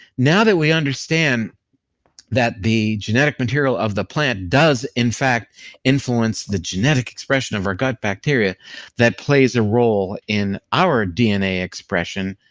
now that we understand that the genetic material of the plant does in fact influence the genetic expression of our gut bacteria that plays a role in our dna expression,